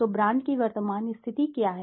तो ब्रांड की वर्तमान स्थिति क्या है